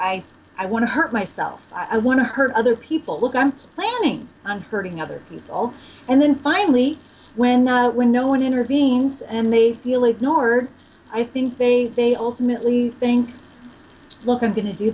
i i want to hurt myself i want to hurt other people look i'm planning on hurting other all and then finally when not when no one intervenes and they feel ignored i think they ultimately think look i'm going to do